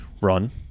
run